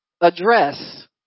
address